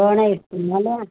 போனால் இருக்குதுனால